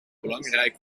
belangrijk